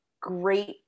great